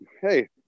hey